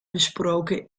besproken